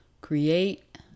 create